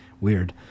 Weird